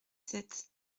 sept